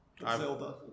Zelda